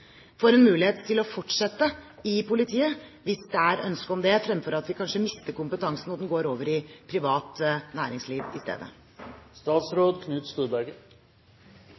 får en mulighet til å fortsette i politiet hvis det er ønske om det, fremfor at vi kanskje mister kompetansen, og at den går over i privat næringsliv i stedet.